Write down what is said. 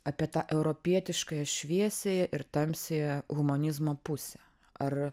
apie tą europietiškąją šviesiąją ir tamsiąją humanizmo pusę ar